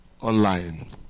online